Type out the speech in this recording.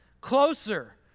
closer